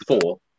four